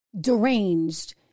deranged